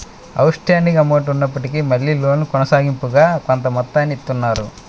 out standing amount ఉన్నప్పటికీ మళ్ళీ loan కొనసాగింపుగా కొంత మొత్తాన్ని ఇత్తన్నారు